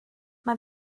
mae